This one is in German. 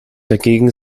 dagegen